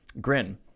Grin